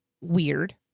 weird